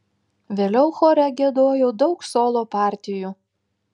vėliau chore giedojau daug solo partijų